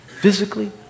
physically